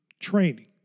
training